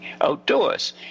outdoors